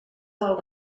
del